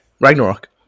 Ragnarok